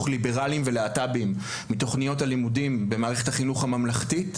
ליברליים ולהט"ביים מתכניות הלימודים במערכת החינוך הממלכתית